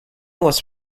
was